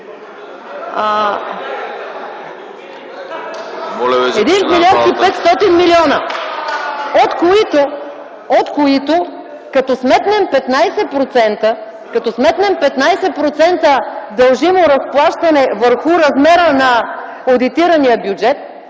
петстотин милиона, от които, като сметнем 15% дължимо разплащане върху размера на одитирания бюджет,